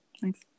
thanks